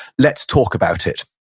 let's talk about it.